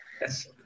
Yes